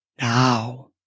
now